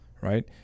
right